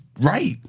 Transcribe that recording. right